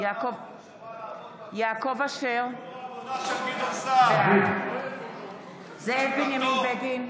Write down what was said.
יעקב אשר, בעד זאב בנימין בגין,